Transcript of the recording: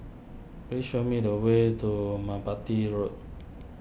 please show me the way to Merpati Road